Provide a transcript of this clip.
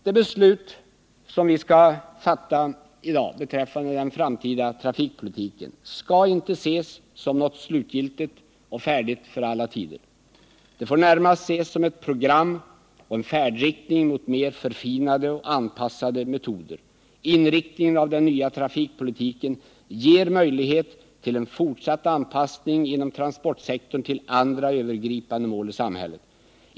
De beslut vi i dag skall fatta beträffande den framtida trafikpolitiken skall inte ses som något slutgiltigt och färdigt för alla tider. Det får närmast ses som ett program och en färdriktning mot mer förfinade och anpassade metoder. Inriktningen av den nya trafikpolitiken ger möjlighet till en fortsatt anpassning inom transportsektorn till andra övergripande mål i samhället.